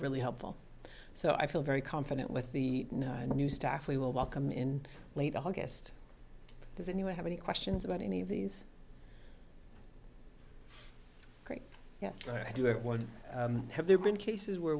really helpful so i feel very confident with the new staff we will welcome in late august does anyone have any questions about any of these great yes i do it once have there been cases where